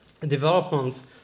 development